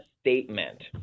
statement